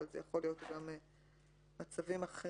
אבל זה יכול להיות גם מצבים אחרים.